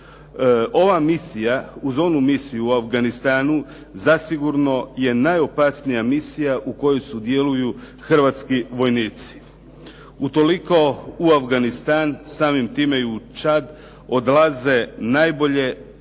Ova misija, uz onu misiju u Afganistanu, zasigurno je najopasnija misija u kojoj sudjeluju hrvatski vojnici. Utoliko u Afganistan, samim time i u Čad odlaze najbolje obučeni